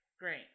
great